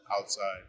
outside